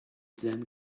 them